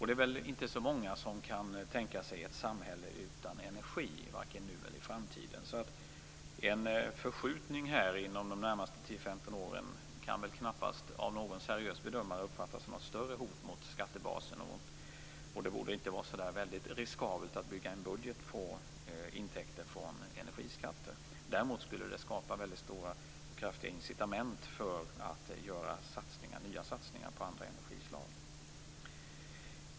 Det är väl inte så många som kan tänka sig ett samhälle utan energi, vare sig nu eller i framtiden. En förskjutning inom de närmaste 10-15 åren kan väl knappast av någon seriös bedömare uppfattas som något större hot mot skattebaserna. Det borde inte vara så väldigt riskabelt att bygga en budget på intäkter från energiskatter. Däremot skulle det skapa stora och kraftiga incitament för att göra nya satsningar på andra energislag.